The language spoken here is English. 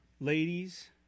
Ladies